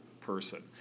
person